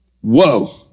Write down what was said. Whoa